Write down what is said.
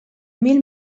mil